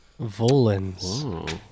Volans